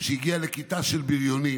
שהגיע לכיתה של בריונים.